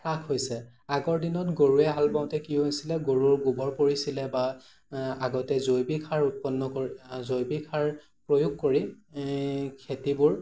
হ্ৰাস হৈছে আগৰ দিনত গৰুৱে হাল বাওঁতে কি হৈছিলে গৰুৰ গোবৰ পৰিছিলে বা আগতে জৈৱিক সাৰ উৎপন্ন কৰি জৈৱিক সাৰ প্ৰয়োগ কৰি খেতিবোৰ